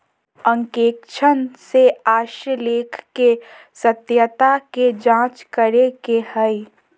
अंकेक्षण से आशय लेख के सत्यता के जांच करे के हइ